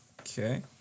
Okay